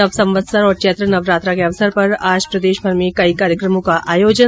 नवसंवत्सर और चैत्र नवरात्र के अवसर पर आज प्रदेशभर में अनेक कार्यक्रमों का आयोजन